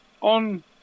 on